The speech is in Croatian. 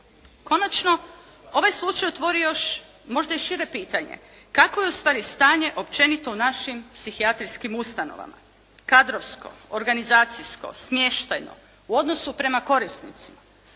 Konačno, ovaj slučaj otvorio je još možda i šire pitanje, kakvo je u stvari stanje općenito u našim psihijatrijskim ustanovama kadrovsko, organizacijsko, smještajno u odnosu prema korisnicima.